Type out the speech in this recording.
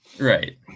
Right